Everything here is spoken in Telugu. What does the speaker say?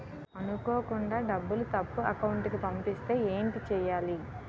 అనుకోకుండా డబ్బులు తప్పు అకౌంట్ కి పంపిస్తే ఏంటి చెయ్యాలి?